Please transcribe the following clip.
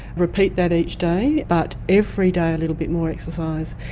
repeat that each day, but every day a little bit more exercise.